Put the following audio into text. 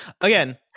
again